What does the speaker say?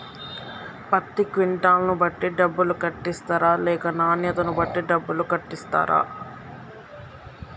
పత్తి క్వింటాల్ ను బట్టి డబ్బులు కట్టిస్తరా లేక నాణ్యతను బట్టి డబ్బులు కట్టిస్తారా?